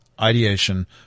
ideation